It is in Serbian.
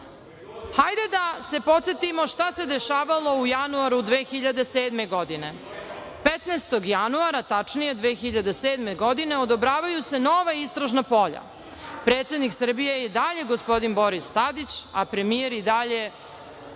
danas. Hajde da se podsetimo šta se dešavalo u januaru 2007. godine. Dakle, 15. januara, tačnije, 2007. godine odobravaju se nova istražna polja. Predsednik Srbije je i dalje gospodin Boris Tadić, a premijer i dalje